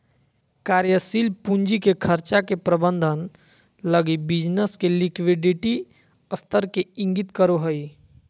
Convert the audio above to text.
कार्यशील पूंजी के खर्चा के प्रबंधन लगी बिज़नेस के लिक्विडिटी स्तर के इंगित करो हइ